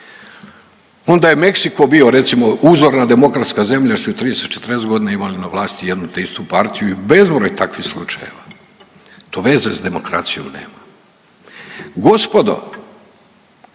Onda je Meksiko bio recimo uzorna demokratska zemlja jer su 30-40 godina imali na vlasti jednu te istu partiju i bezbroj je takvih slučajeva. To veze s demokracijom nema. Gospodo,